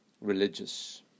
religious